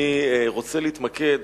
אני רוצה להתמקד